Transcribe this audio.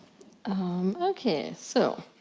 um ok, so.